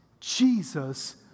Jesus